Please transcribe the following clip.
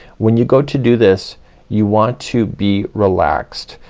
when you go to do this you want to be relaxed.